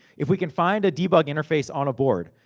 if we can find a debug interface on a board,